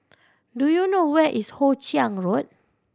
do you know where is Hoe Chiang Road